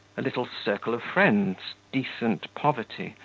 a little circle of friends, decent poverty,